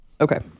Okay